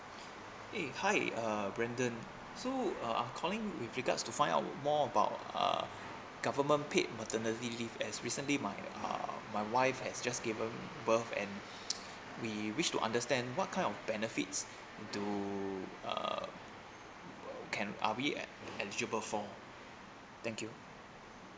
hey hi uh brandon so uh I'm calling with regards to find out more about uh government paid maternity leave as recently my uh my wife has just given birth and we wish to understand what kind of benefits do uh can are we eli~ eligible for thank you